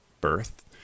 birth